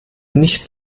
nicht